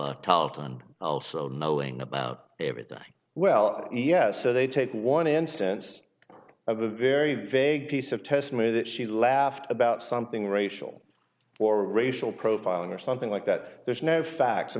and also knowing about everything well yes so they take one instance of a very vague piece of testimony that she laughed about something racial or racial profiling or something like that there's no facts i